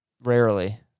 Rarely